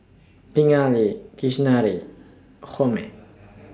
Pingali Kasinadhuni Homi